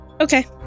Okay